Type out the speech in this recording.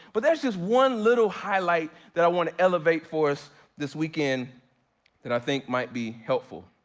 but there's just one little highlight that i wanna elevate for us this weekend that i think might be helpful.